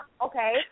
okay